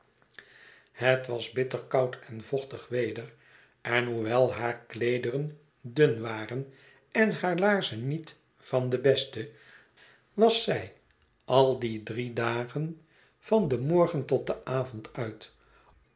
het was bitter koud en vochtig weder en hoewel haar kleederen dun waren en haar laarzen niet van de beste was zij al die drie dagen van den morgen tot den avond uit